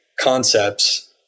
concepts